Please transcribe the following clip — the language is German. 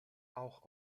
auch